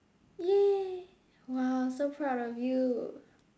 !yay! !wow! so proud of you